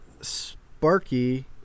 Sparky